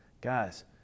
guys